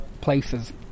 places